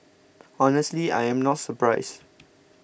honestly I am not surprised